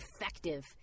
Effective